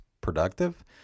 productive